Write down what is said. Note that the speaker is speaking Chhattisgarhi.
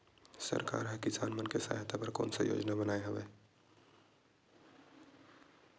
सरकार हा किसान मन के सहायता बर कोन सा योजना बनाए हवाये?